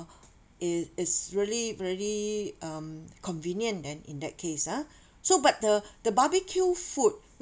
it is really really um convenient then in that case ah so but the the barbecue food